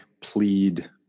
plead